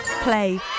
Play